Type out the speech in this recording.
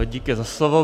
Díky za slovo.